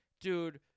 Dude